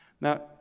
Now